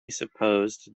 supposed